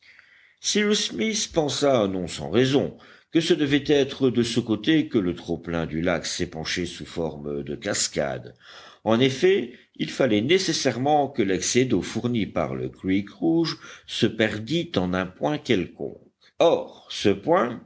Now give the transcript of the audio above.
cyrus smith pensa non sans raison que ce devait être de ce côté que le trop-plein du lac s'épanchait sous forme de cascade en effet il fallait nécessairement que l'excès d'eau fourni par le creek rouge se perdît en un point quelconque or ce point